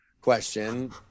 question